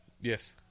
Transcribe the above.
Yes